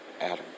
Adam